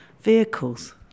vehicles